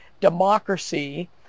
democracy